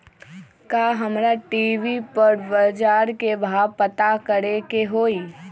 का हमरा टी.वी पर बजार के भाव पता करे के होई?